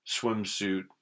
swimsuit